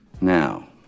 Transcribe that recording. Now